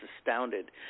astounded